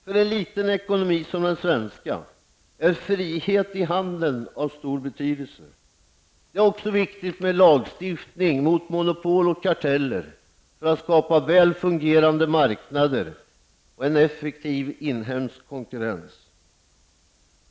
För en liten ekonomi som den svenska är frihet i handeln av stor betydelse. Det är också viktigt med lagstiftning mot monopol och karteller för att skapa väl fungerande marknader och en effektiv inhemsk konkurrens.